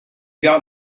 got